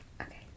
Okay